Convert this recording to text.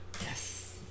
Yes